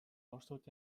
оросууд